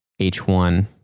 H1